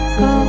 go